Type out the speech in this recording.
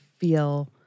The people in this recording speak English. feel